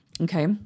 Okay